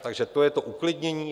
Takže to je to uklidnění.